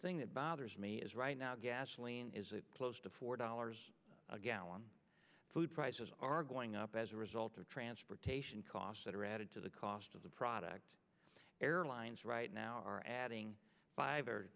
thing that bothers me is right now gasoline is close to four dollars a gallon food prices are going up as a result of transportation costs that are added to the cost of the product airlines right now are adding